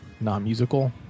non-musical